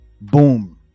boom